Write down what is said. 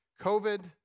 COVID